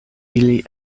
ili